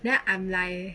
then I'm like